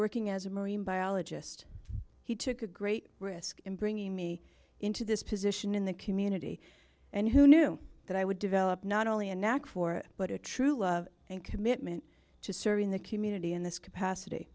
working as a marine biologist he took a great risk in bringing me into this position in the community and who knew that i would develop not only a knack for it but a true love and commitment to serving the community in this capacity